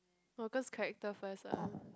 orh cause characters first ah